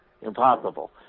impossible